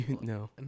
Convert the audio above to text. No